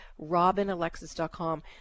robinalexis.com